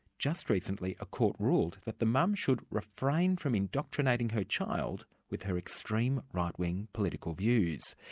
just recently a court ruled that the mum should refrain from indoctrinating her child with her extreme right-wing political views.